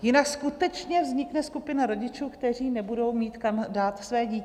Jinak skutečně vznikne skupina rodičů, kteří nebudou mít kam dát své dítě.